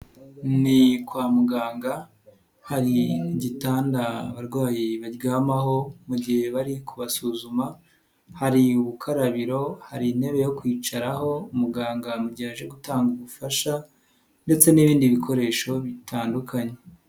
Ni kwa muganga hari igitanda abarwayi baryamaho mu gihe bari kubasuzuma, hari ubukarabiro, hari intebe yo kwicaraho umuganga mu gihe aje gutanga ubufasha ndetse n'ibindi bikoresho bitandukanye.